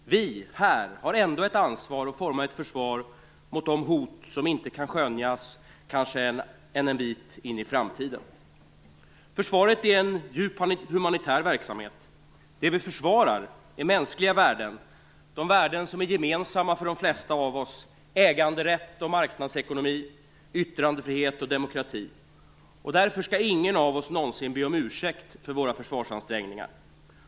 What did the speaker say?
Vi här har ändå ett ansvar att forma ett försvar mot de hot som kanske inte kan skönjas en bit in i framtiden. Försvaret är en djup humanitär verksamhet. Det vi försvarar är mänskliga värden, värden som är gemensamma för de flesta av oss: äganderätt och marknadsekonomi, yttrandefrihet och demokrati. Därför skall ingen av oss någonsin be om ursäkt för våra försvarsansträngningar.